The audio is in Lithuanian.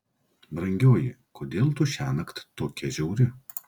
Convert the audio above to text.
brangioji kodėl tu šiąnakt tokia žiauri